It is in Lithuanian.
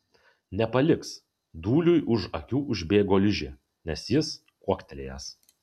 nepaliks dūliui už akių užbėgo ližė nes jis kuoktelėjęs